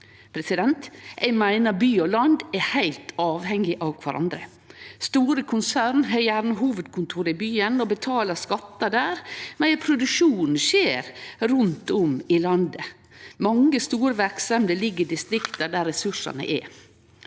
Eg meiner by og land er heilt avhengige av kvarandre. Store konsern har gjerne hovudkontoret i byane og betaler skattar der, men produksjonen skjer rundt om i landet. Mange store verksemder ligg i distrikta der ressursane er.